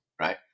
right